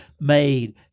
made